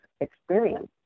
experience